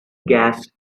gas